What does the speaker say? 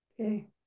Okay